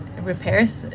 repairs